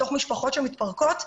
מתוך משפחות שמתפרקות.